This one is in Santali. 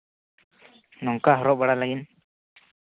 ᱱᱚᱝᱠᱟ ᱦᱚᱨᱚᱜ ᱵᱟᱲᱟ ᱞᱟᱹᱜᱤᱫ